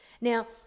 now